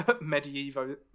medieval